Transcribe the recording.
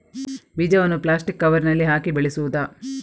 ಬೀಜವನ್ನು ಪ್ಲಾಸ್ಟಿಕ್ ಕವರಿನಲ್ಲಿ ಹಾಕಿ ಬೆಳೆಸುವುದಾ?